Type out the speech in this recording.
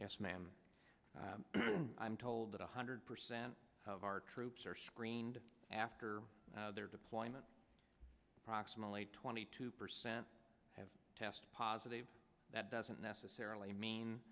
yes ma'am i'm told that one hundred percent of our troops are screened after their deployment approximately twenty two percent have test positive that doesn't necessarily